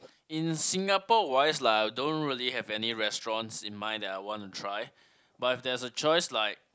in Singapore wise lah I don't really have any restaurants in mind that I want to try but there's a choice like